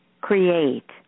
create